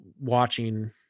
watching